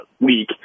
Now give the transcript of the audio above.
week